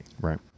Right